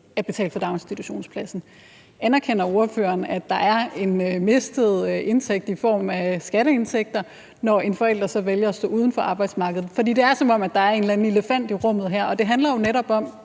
at betale for daginstitutionspladsen. Anerkender ordføreren, at der er en mistet indtægt i form af skatteindtægter, når en forælder så vælger at stå uden for arbejdsmarkedet? Det er, som om der er en elefant i rummet her.